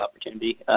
opportunity